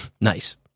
Nice